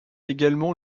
également